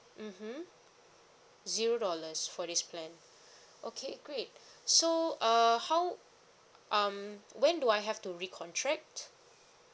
mmhmm zero dollars for this plan okay great so uh how um when do I have to recontract